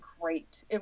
great